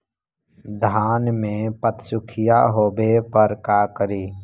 धान मे पत्सुखीया होबे पर का करि?